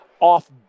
Off